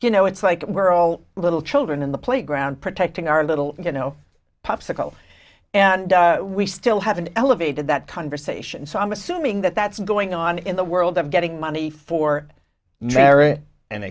you know it's like we're all little children in the playground protecting our little you know popsicle and we still have an elevated that conversation so i'm assuming that that's going on in the world of getting money for marriage and